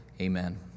Amen